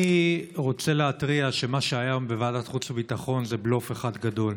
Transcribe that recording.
אני רוצה להתריע שמה שהיה היום בוועדת החוץ והביטחון זה בלוף אחד גדול.